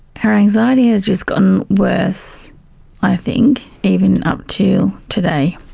her anxiety has just gotten worse i think, even up to today,